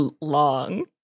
long